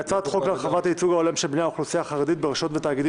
ונעבור ראשונה ראשונה כפי שהעבירה לנו מזכירות